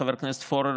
חבר הכנסת פורר,